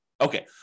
Okay